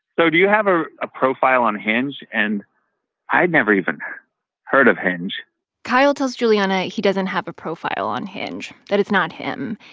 so do you have ah a profile on hinge? and i'd never even heard heard of hinge kyle tells juliana he doesn't have a profile on hinge, that it's not him.